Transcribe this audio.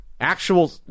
Actual